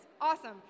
Awesome